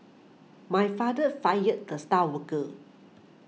my father fired the star worker